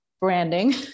branding